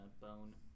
bone